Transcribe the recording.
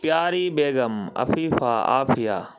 پیاری بیگم عفیفہ عافیہ